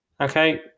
Okay